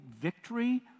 victory